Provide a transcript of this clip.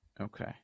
Okay